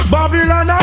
Babylon